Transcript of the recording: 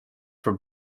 from